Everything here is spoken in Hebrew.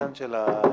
4 נגד, 1 נמנעים,